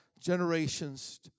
generations